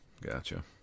Gotcha